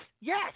yes